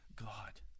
God